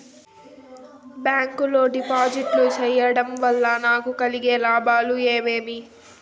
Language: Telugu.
బ్యాంకు లో డిపాజిట్లు సేయడం వల్ల నాకు కలిగే లాభాలు ఏమేమి?